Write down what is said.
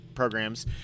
Programs